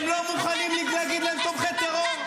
הם לא מוכנים להגיד להם "תומכי טרור".